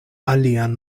alian